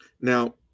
now